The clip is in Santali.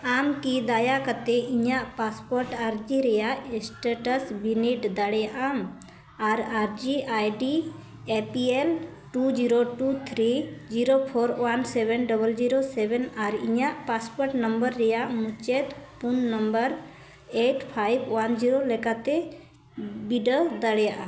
ᱟᱢ ᱠᱤ ᱫᱟᱭᱟ ᱠᱟᱛᱮᱫ ᱤᱧᱟᱹᱜ ᱯᱟᱥᱯᱳᱨᱴ ᱟᱨᱡᱤ ᱨᱮᱭᱟᱜ ᱮᱥᱴᱮᱴ ᱵᱤᱱᱤᱰ ᱫᱟᱲᱮᱭᱟᱜ ᱟᱢ ᱟᱨ ᱟᱨᱡᱤ ID A P two zero two three zero four one seven double zero seven ᱟᱨ ᱤᱧᱟᱹᱜ ᱯᱟᱥᱯᱳᱨᱴ ᱱᱚᱢᱵᱚᱨ ᱨᱮᱭᱟᱜ ᱢᱩᱪᱟᱹᱫ ᱯᱩᱱ number eight five one zero ᱞᱮᱠᱟᱛᱮ ᱵᱤᱰᱟᱹᱣ ᱫᱟᱲᱮᱭᱟᱜᱼᱟ